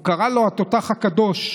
הוא קרא לו: התותח הקדוש.